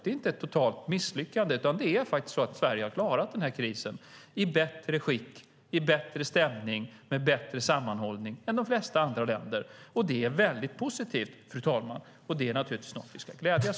Det är inte ett totalt misslyckande, utan det är faktiskt så att Sverige har klarat den här krisen i bättre skick, i bättre stämning och med bättre sammanhållning än de allra flesta andra länder. Det är väldigt positivt, fru talman, och naturligtvis något som vi ska glädjas åt.